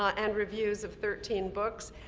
ah and reviews of thirteen books,